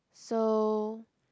so